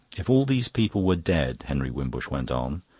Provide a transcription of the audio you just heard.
if all these people were dead, henry wimbush went on,